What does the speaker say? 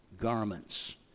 garments